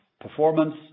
performance